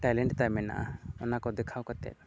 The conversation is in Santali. ᱴᱮᱞᱮᱱᱴ ᱛᱟᱭ ᱢᱮᱱᱟᱜᱼᱟ ᱚᱱᱟ ᱠᱚ ᱫᱮᱠᱷᱟᱣ ᱠᱟᱛᱮ